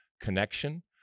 connection